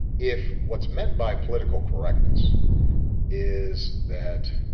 if what's meant by political correctness is that